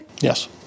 Yes